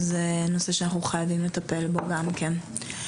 זה נושא שאנחנו חייבים לטפל בו גם כן.